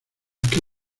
que